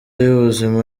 y’ubuzima